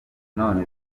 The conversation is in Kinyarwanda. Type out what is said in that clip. none